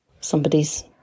somebody's